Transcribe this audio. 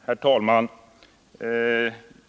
Herr talman!